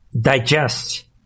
digest